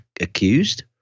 Accused